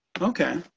Okay